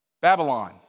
Babylon